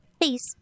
please